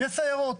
יש סיירות.